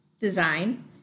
design